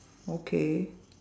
okay